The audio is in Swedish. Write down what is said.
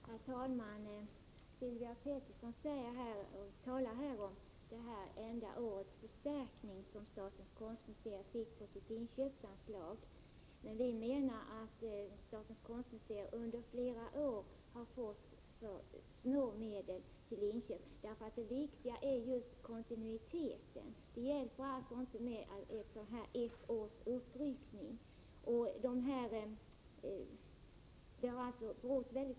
Herr talman! Sylvia Pettersson talar om det enda årets förstärkning som statens konstmuseer fick på sitt inköpsanslag, men vi menar att statens konstmuseer under flera år har fått alltför små medel till inköp. Det viktiga är just kontinuiteten. Det hjälper alltså inte med ett års uppryckning.